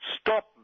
stop